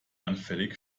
anfällig